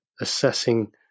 assessing